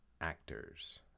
actors